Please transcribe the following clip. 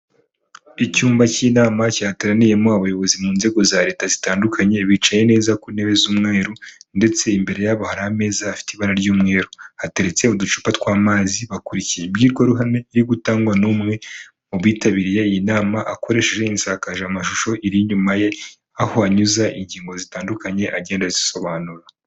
Icyumba cy'inama cyateraniyemo abayobozi mu nzego za leta zitandukanye bicaye neza ku ntebe z'umweru ndetse imbere yabo hari ameza afite ibara ry'umweru, hateretseho uducupa tw'amazi, bakurikiye imbwirwaruhame iri gutangwa n'umwe mu bitabiriye iyi nama, akoresheje insakazamashusho iri inyuma ye, aho anyuza ingingo zitandukanye agenda azisobanura.